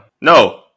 No